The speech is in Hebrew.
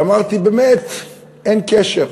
ואמרתי: באמת, אין קשר.